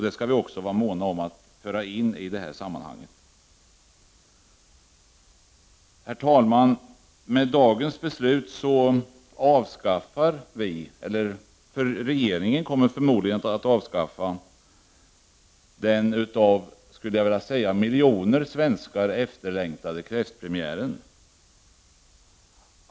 Det skall vi också vara måna om att föra in i det här sammanhanget. Herr talman! Med dagens beslut kommer regeringen förmodligen att avskaffa den av, skulle jag vilja säga, miljoner svenskar efterlängtade kräftpremiären.